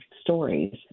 stories